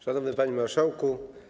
Szanowny Panie Marszałku!